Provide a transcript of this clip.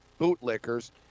bootlickers